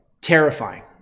terrifying